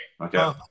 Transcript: okay